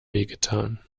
wehgetan